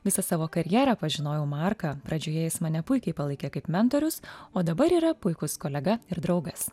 visą savo karjerą pažinojau marka pradžioje jis mane puikiai palaikė kaip mentorius o dabar yra puikus kolega ir draugas